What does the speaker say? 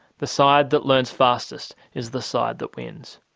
the side that learns fastest is the side that wins.